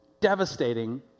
devastating